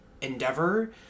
endeavor